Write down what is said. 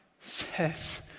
says